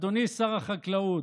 אדוני שר החקלאות,